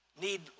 need